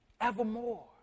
evermore